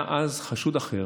היה אז חשוד אחר,